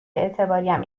اعتباریم